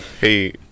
Hey